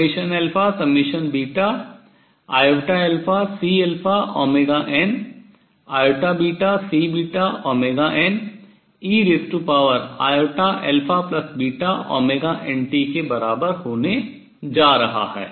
तो v2t iαCiβCeint के बराबर होने जा रहा है